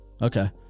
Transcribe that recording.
Okay